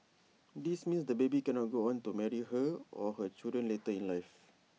this means the baby cannot go on to marry her or her children later in life